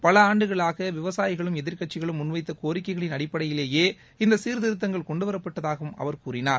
பல ஆண்டுகளாக விவசாயிகள் எதிர்க்கட்சிகள் முன்வைத்த கோரிக்கைகளின் அடிப்படையிலேயே இந்த சீர்திருத்தங்கள் கொண்டு வரப்பட்டதாகவும் அவர் கூறினார்